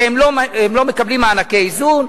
שלא מקבלות מענקי איזון.